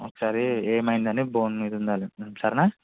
ఒకసారి ఏమైందని బోన్ మీద ఉండాలి సరేనా